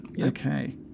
Okay